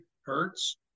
Hertz